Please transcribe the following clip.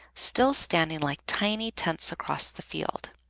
still standing like tiny tents across the field.